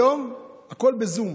היום הכול בזום.